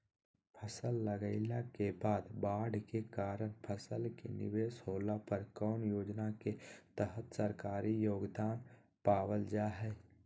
फसल लगाईला के बाद बाढ़ के कारण फसल के निवेस होला पर कौन योजना के तहत सरकारी योगदान पाबल जा हय?